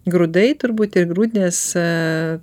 grūdai turbūt ir grūdinės